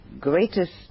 greatest